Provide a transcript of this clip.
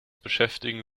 beschäftigen